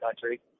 country